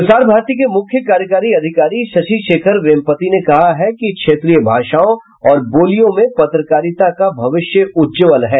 प्रसार भारती के मुख्य कार्यकारी अधिकारी शशि शेखर वेम्पति ने कहा है कि क्षेत्रीय भाषाओं और बोलियों में पत्रकारिता का भविष्य उज्ज्वल है